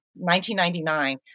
1999